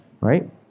right